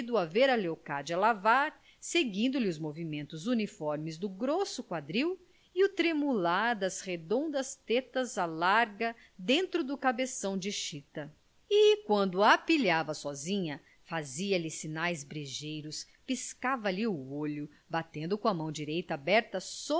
ver a leocádia lavar seguindo lhe os movimentos uniformes do grosso quadril e o tremular das redondas tetas à larga dentro do cabeção de chita e quando a pilhava sozinha fazia-lhe sinais brejeiros piscava lhe o olho batendo com a mão direita aberta